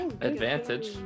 Advantage